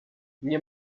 nie